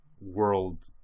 world